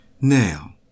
Now